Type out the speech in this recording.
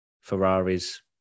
Ferrari's